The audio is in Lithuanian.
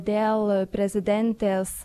dėl prezidentės